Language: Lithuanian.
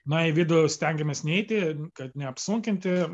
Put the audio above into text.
na į vidų stengiamės neiti kad neapsunkinti